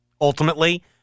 ultimately